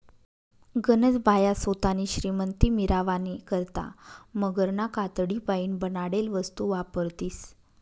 गनज बाया सोतानी श्रीमंती मिरावानी करता मगरना कातडीपाईन बनाडेल वस्तू वापरतीस